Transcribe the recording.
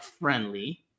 friendly